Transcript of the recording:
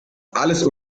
alles